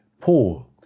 Paul